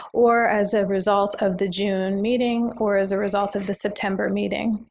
or as a result of the june meeting, or as a result of the september meeting.